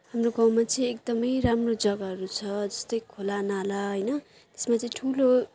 हाम्रो गाउँमा चाहिँ एकदमै राम्रो जग्गाहरू छ जस्तै खोला नाला होइन त्यसमा चाहिँ ठुलो